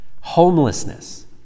homelessness